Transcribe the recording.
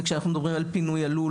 וכאשר אנחנו מדברים על פינוי הלול,